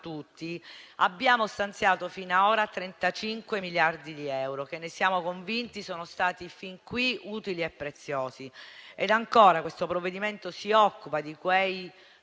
tutti - abbiamo stanziato finora 35 miliardi di euro, che - ne siamo convinti - sono stati fin qui utili e preziosi. Ancora, questo provvedimento si occupa di quei